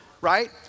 right